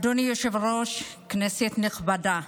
אדוני היושב-ראש, כנסת נכבדה,